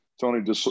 Tony